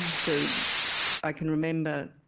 so i can remember,